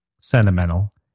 sentimental